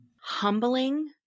humbling